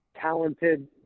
talented